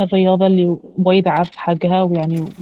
الرياضة الي وايد اعرف حقها أوإن